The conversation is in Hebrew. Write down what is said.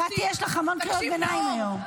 קטי, יש לך המון קריאות ביניים היום.